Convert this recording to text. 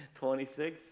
26